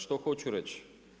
Što hoću reći?